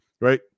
right